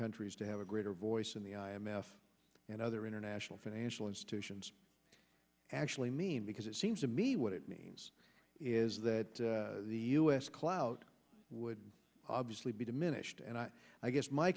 countries to have a greater voice in the i m f and other international financial institutions actually mean because it seems to me what it means is that the u s clout would obviously be diminished and i guess my